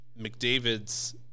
McDavid's